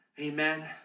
Amen